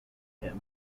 him